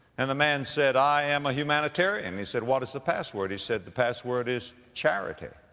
and the man said, i am a humanitarian. and he said, what is the password? he said, the password is charity.